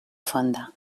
fonda